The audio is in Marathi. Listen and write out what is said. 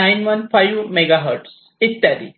915 मेगा हर्टझ इत्यादी